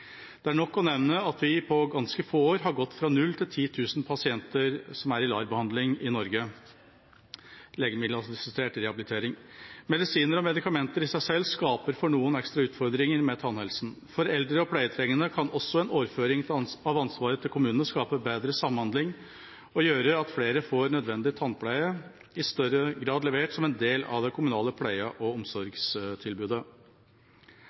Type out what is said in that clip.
Det er nok å nevne at vi på ganske få år har gått fra 0 til 10 000 pasienter som er i LAR-behandling i Norge, dvs. legemiddelassistert rehabilitering. Medisiner og medikamenter i seg selv skaper for noen ekstra utfordringer med tannhelsen. For eldre og pleietrengende kan også en overføring av ansvaret til kommunene skape bedre samhandling og gjøre at flere får nødvendig tannpleie i større grad levert som en del av det kommunale pleie- og omsorgstilbudet.